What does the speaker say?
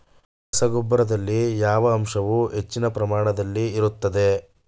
ರಸಗೊಬ್ಬರದಲ್ಲಿ ಯಾವ ಅಂಶವು ಹೆಚ್ಚಿನ ಪ್ರಮಾಣದಲ್ಲಿ ಇರುತ್ತದೆ?